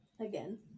again